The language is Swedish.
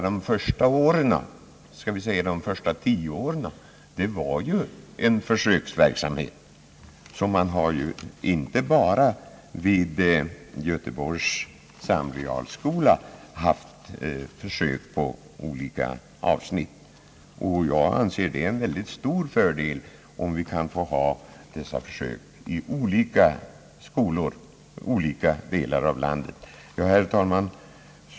De första tio åren efter den stora skolreformen innebar ju egentligen en försöksverksamhet, och man har alltså inte bara vid Göteborgs samskola haft försök beträffande olika avsnitt. Jag anser att det är en mycket stor fördel om vi kan få ha dessa försök i olika skolor i olika delar av landet. Herr talman!